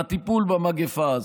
בטיפול במגפה הזאת.